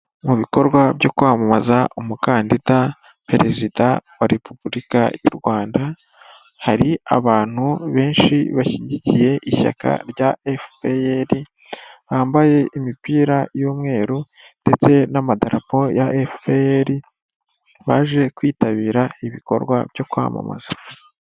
Mu bikorwa byo kwamamaza umukandida perezida wa Repubulika y'u Rwanda, hari abantu benshi bashyigikiye ishyaka rya FPR, bambaye imipira y'umweru ndetse n'amadarapo ya FPR baje kwitabira ibikorwa byo kwamamaza.